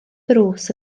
ddrws